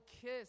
kiss